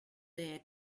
there